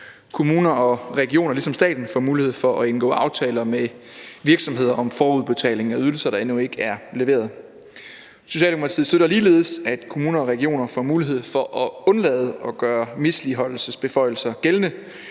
kommuner og regioner ligesom staten får mulighed for at indgå aftaler med virksomheder om forudbetaling af ydelser, der endnu ikke er leveret. Socialdemokratiet støtter ligeledes, at kommuner og regioner får mulighed for at undlade at gøre misligholdelsesbeføjelser gældende,